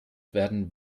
werden